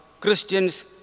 Christians